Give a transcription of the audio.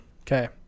Okay